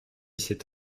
c’est